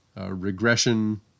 regression